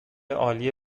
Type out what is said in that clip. عالی